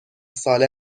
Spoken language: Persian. ساله